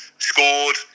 scored